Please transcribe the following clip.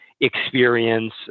experience